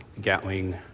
Gatling